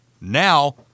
Now